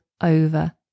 over